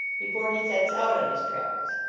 before he sets out on his trav els.